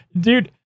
Dude